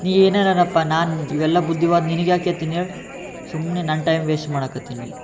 ನೀ ಏನನ್ನಿರಪ್ಪ ನಾನು ಇವೆಲ್ಲ ಬುದ್ಧಿವಾದ ನಿನಗ್ಯಾಕೆ ಹೇಳ್ತೀನಿ ಹೇಳಿ ಸುಮ್ಮನೆ ನನ್ನ ಟೈಮ್ ವೇಸ್ಟ್ ಮಾಡಾಕ್ಕತ್ತಿ ನೀ